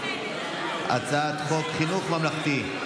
הצעת חוק חינוך ממלכתי-חרדי,